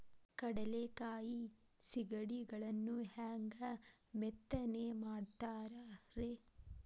ಕಡಲೆಕಾಯಿ ಸಿಗಡಿಗಳನ್ನು ಹ್ಯಾಂಗ ಮೆತ್ತನೆ ಮಾಡ್ತಾರ ರೇ?